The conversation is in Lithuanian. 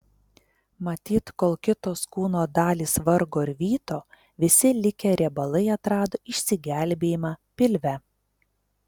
matyt kol kitos kūno dalys vargo ir vyto visi likę riebalai atrado išsigelbėjimą pilve